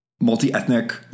multi-ethnic